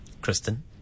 Kristen